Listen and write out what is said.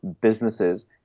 businesses